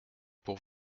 pour